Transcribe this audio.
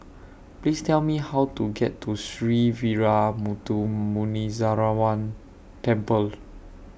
Please Tell Me How to get to Sree Veeramuthu Muneeswaran Temple